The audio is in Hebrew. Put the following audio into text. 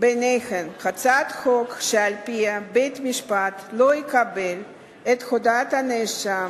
ביניהן הצעת חוק שעל-פיה בית-משפט לא יקבל את הודאת הנאשם